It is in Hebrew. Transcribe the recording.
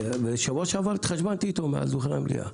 בשבוע שעבר התחשבנתי עם אביר קארה מעל דוכן המליאה.